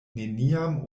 neniam